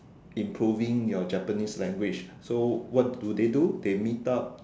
improving your Japanese language so what do they do they meet up